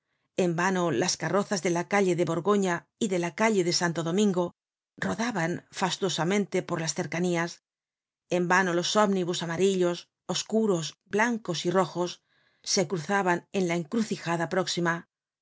en vano la carrozas de la calle de borgofia y de la calle de santo domingo rodaban fastuosamente por las cercanías en vano los ómnibus amarillos oscuros blancos y rojos se cruzaban en la encrucijada próxima